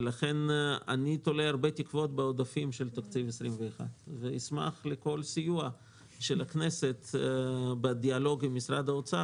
לכן אני תולה הרבה תקוות בעודפים של תקציב 21. נשמח לכל סיוע של הכנסת בדיאלוג עם משרד האוצר,